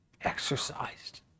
exercised